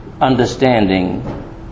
understanding